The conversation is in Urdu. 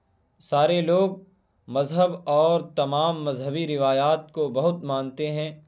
سارے لوگ مذہب اور تمام مذہبی روایات کو بہت مانتے ہیں